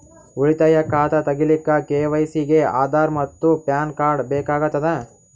ಉಳಿತಾಯ ಖಾತಾ ತಗಿಲಿಕ್ಕ ಕೆ.ವೈ.ಸಿ ಗೆ ಆಧಾರ್ ಮತ್ತು ಪ್ಯಾನ್ ಕಾರ್ಡ್ ಬೇಕಾಗತದ